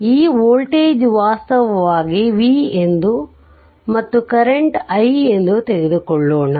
ಆದ್ದರಿಂದ ಈ ವೋಲ್ಟೇಜ್ ವಾಸ್ತವವಾಗಿ V ಎಂದು ಮತ್ತು ಕರೆಂಟ್ i ಎಂದು ತೆಗೆದುಕೊಳ್ಳೋಣ